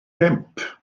pump